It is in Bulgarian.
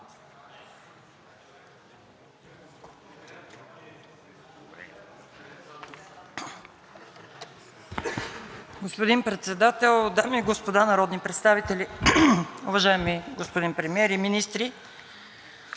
господин Председател, дами и господа народни представители, уважаеми господин Премиер и министри!